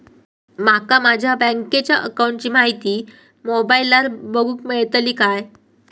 माका माझ्या बँकेच्या अकाऊंटची माहिती मोबाईलार बगुक मेळतली काय?